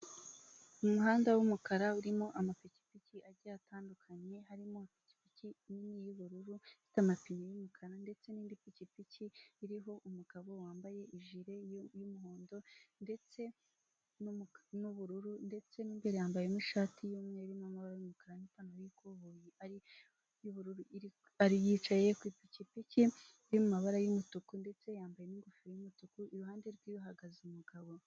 Umuhanda w'umukara urimo amapikipiki agiye atandukanye harimo ipikipiki nini y'ubururu ifite amapine y'umukara ndetse n'indi pikipiki iriho umugabo wambaye jire y'umuhondo ndetse n'ubururu ndetse mo imbere yambayemo ishati y'umweru irimo amabara y'umukara n'ipantaro y'ikoboyi ari y'ubururu yicaye ku ipikipiki y'amabara y'umutuku ndetse yambaye n'ingofero y'umutuku iruhande rwe hahagaze umugabo.